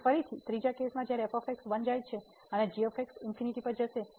તેથી ફરીથી ત્રીજા કેસમાં જ્યારે f 1 જાય અને g ∞ પર જશે